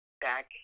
back